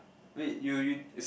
wait you you